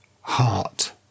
heart